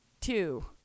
Two